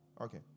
Okay